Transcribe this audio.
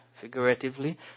figuratively